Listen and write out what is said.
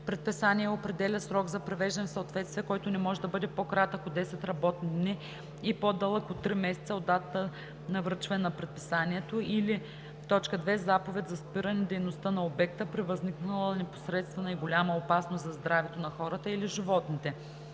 предписание и определя срок за привеждане в съответствие, който не може да бъде по-кратък от 10 работни дни и по-дълъг от три месеца от датата на връчване на предписанието, или 2. заповед за спиране дейността на обекта – при възникнала непосредствена и голяма опасност за здравето на хората или животните.